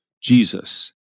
Jesus